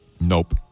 Nope